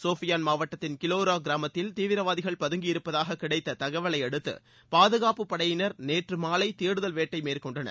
சோபியான் மாவட்டத்தின் கிலோரா கிராமத்தில் தீவிரவாதிகள் பதங்கி இருப்பதாக கிடைத்த தகவலை அடைத்து பாதுகாப்பு படையினர் நேற்று மாலை தேடுதல் வேட்டை மேற்கொண்டனர்